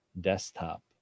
desktop